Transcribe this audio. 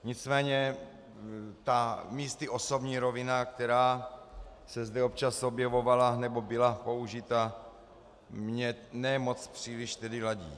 Nicméně ta místy osobní rovina, která se zde občas objevovala nebo byla použita, mně ne moc příliš ladí.